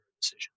decision